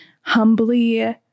humbly